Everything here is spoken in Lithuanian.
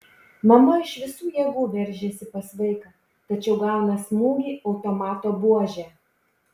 mama iš visų jėgų veržiasi pas vaiką tačiau gauna smūgį automato buože